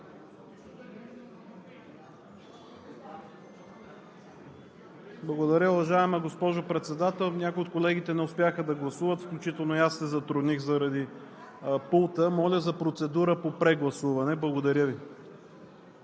Благодаря, уважаема госпожо Председател. Някои от колегите не успяха да гласуват, включително и аз се затрудних, заради пулта. Моля за процедура по прегласуване. Благодаря Ви.